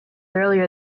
earlier